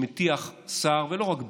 שמטיח השר, ולא רק בי.